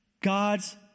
God's